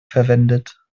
verwendet